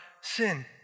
sin